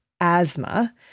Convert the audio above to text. asthma